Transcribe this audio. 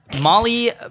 Molly